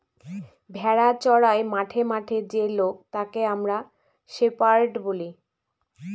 ভেড়া চোরাই মাঠে মাঠে যে লোক তাকে আমরা শেপার্ড বলি